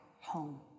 home